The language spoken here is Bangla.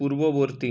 পূর্ববর্তী